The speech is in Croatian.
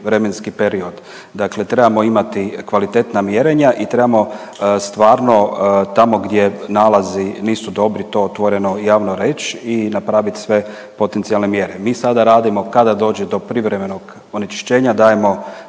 vremenski period. Dakle, trebamo imati kvalitetna mjerenja i trebamo stvarno tamo gdje nalazi nisu dobri to otvoreno i javno reći i napraviti sve potencijalne mjere. Mi sada radimo kada dođe do privremenog onečišćenja, dajemo